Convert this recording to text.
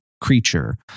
creature